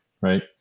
right